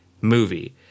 movie